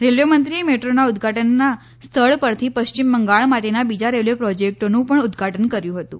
railway મંત્રીએ મેટ્રોના ઉદઘાટનના સ્થળ પરથી પશ્ચિમ બંગાળ માટેના બીજા રેલવે પ્રોજેક્ટોનું પણ ઉદઘાટન કર્યું હતું